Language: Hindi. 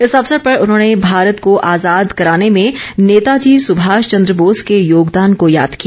इस अवसर पर उन्होंने भारत को आजाद कराने में नेताजी सुभाष चंद बोस के योगदान को याद किया